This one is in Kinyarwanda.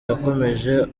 yakomeje